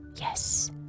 yes